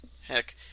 Heck